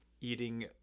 eating